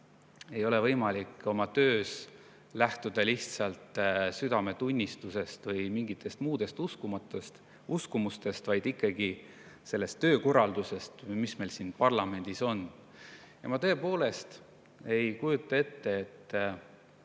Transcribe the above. ei ole võimalik oma töös lähtuda lihtsalt südametunnistusest või mingitest muudest uskumustest, vaid ikkagi sellest töökorraldusest, mis meil siin parlamendis on. Ma tõepoolest ei kujuta ette,